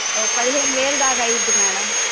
ఒక పదిహేను వేల దాకా అవుతుంది మ్యాడమ్